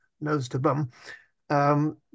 nose-to-bum